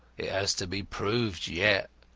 it has to be proved yet.